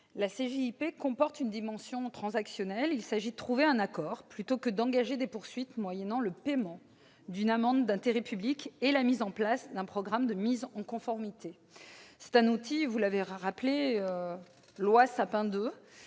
La CJIP comporte une dimension transactionnelle : il s'agit de trouver un accord plutôt que d'engager des poursuites, moyennant le paiement d'une amende d'intérêt public et la mise en place d'un programme de mise en conformité. Cet outil, vous l'avez rappelé, ma